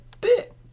bit